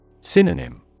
Synonym